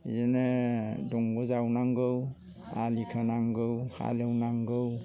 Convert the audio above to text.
बिदिनो दंग' जावनांगौ आलि खोनांगौ हालएवनांगौ